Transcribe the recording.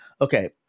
okay